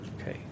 okay